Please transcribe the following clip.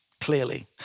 clearly